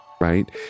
right